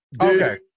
Okay